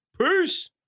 Peace